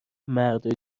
مردای